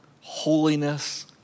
holiness